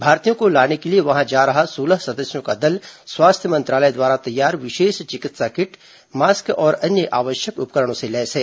भारतीयों को लाने के लिए वहां जा रहा सोलह सदस्यों का दल स्वास्थ्य मंत्रालय द्वारा तैयार विशेष चिकित्सा किट मास्क और अन्य आवश्यक उपकरणों से लैस है